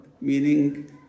Meaning